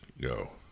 go